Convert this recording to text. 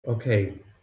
okay